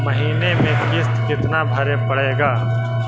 महीने में किस्त कितना भरें पड़ेगा?